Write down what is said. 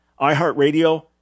iHeartRadio